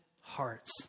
hearts